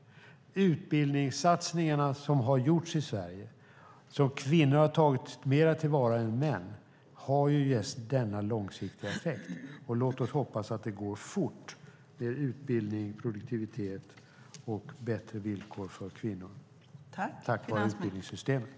De utbildningssatsningar som har gjorts i Sverige och som kvinnor har tagit mer till vara än män har just denna långsiktiga effekt. Låt oss hoppas att det går fort med utbildning, produktivitet och bättre villkor för kvinnor tack vare utbildningssystemet.